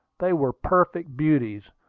they were perfect beauties,